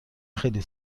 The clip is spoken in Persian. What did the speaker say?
خیلی